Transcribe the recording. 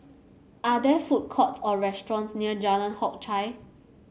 are there food courts or restaurants near Jalan Hock Chye